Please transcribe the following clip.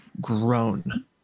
grown